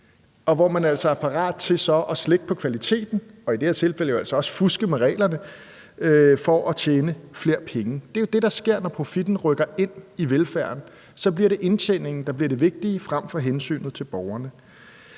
og hvor man altså er parat til at slække på kvaliteten og i det her tilfælde jo også fuske med reglerne for at tjene flere penge. Det er jo det, der sker, når profitten rykker ind i velfærden; så bliver det indtjeningen, der bliver det vigtige, frem for hensynet til borgerne.